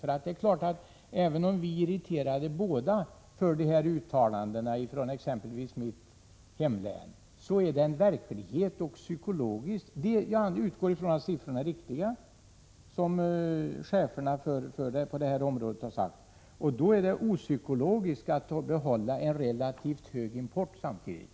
Även om vi båda är irriterade över dessa uttalanden från exempelvis mitt hemlän så är detta verklighet. Jag utgår från att de siffror som cheferna på detta område har lämnat är riktiga. Då är det opsykologiskt att samtidigt fortsätta att importera så mycket.